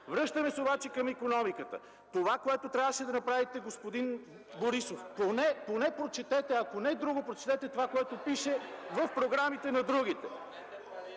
Връщам се обаче към икономиката. Това, което трябваше да направите, господин Борисов, поне прочетете, ако не друго – прочетете това, което пише в програмите на другите.